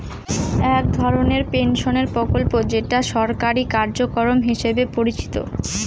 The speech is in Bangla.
এক ধরনের পেনশনের প্রকল্প যেটা সরকারি কার্যক্রম হিসেবে পরিচিত